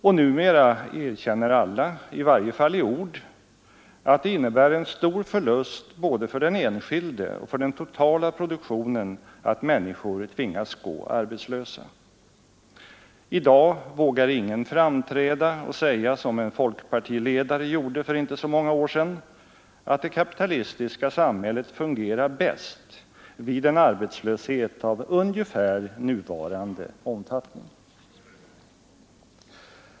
Och numera erkänner alla — i varje fall i ord — att det innebär en stor förlust både för den enskilde och för den totala produktionen att människor tvingas gå arbetslösa. I dag vågar ingen framträda och säga, som en folkpartiledare gjorde för inte så många år sedan, att det kapitalistiska samhället fungerar bäst vid en arbetslöshet av ungefär nuvarande omfattning.